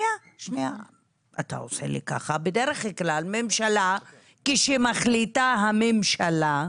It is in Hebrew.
בדרך כלל כשמחליטה הממשלה,